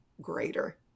greater